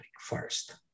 first